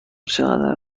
چقدر